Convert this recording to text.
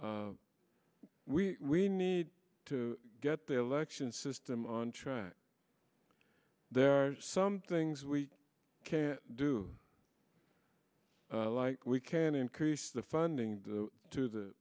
we need to get their election system on track there are some things we can do like we can increase the funding the to the